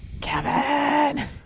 Kevin